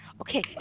Okay